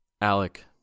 alec